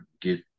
get